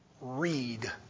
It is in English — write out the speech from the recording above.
read